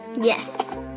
Yes